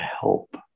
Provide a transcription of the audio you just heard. help